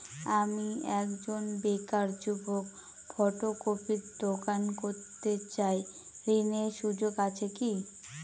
আমি একজন বেকার যুবক ফটোকপির দোকান করতে চাই ঋণের সুযোগ আছে কি?